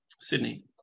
Sydney